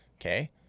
Okay